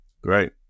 Great